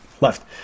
left